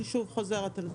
אני שוב חוזרת על זה.